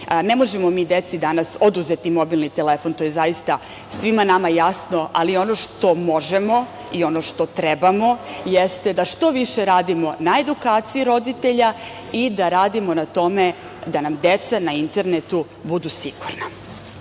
Ne možemo mi deci danas oduzeti mobilni telefon, to je svima nama jasno, ali ono što možemo i ono što trebamo, jeste da što više radimo na edukaciji roditelja i da radimo na tome da nam deca na internetu budu sigurna. Druga